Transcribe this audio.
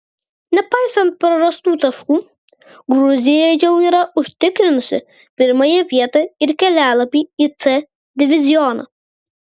nepaisant prarastų taškų gruzija jau yra užsitikrinusi pirmąją vietą ir kelialapį į c divizioną